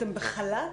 אתם בחל"ת?